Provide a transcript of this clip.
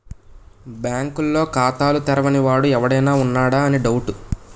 బాంకుల్లో ఖాతాలు తెరవని వాడు ఎవడైనా ఉన్నాడా అని డౌటు